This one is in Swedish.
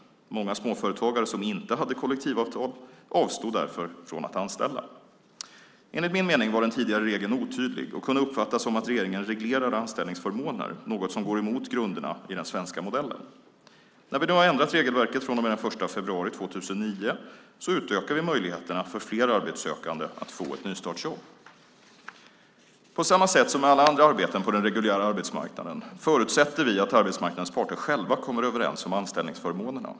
Många småföretagare som inte hade kollektivavtal avstod därför från att anställa. Enligt min mening var den tidigare regeln otydlig och kunde uppfattas som att regeringen reglerar anställningsförmåner, något som går emot grunderna i den svenska modellen. När vi nu har ändrat regelverket från och med den 1 februari 2009 utökar vi möjligheterna för fler arbetssökande att få ett nystartsjobb. På samma sätt som med alla andra arbeten på den reguljära arbetsmarknaden förutsätter vi att arbetsmarknadens parter själva kommer överens om anställningsförmånerna.